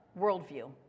worldview